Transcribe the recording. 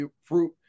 fruit